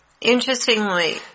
Interestingly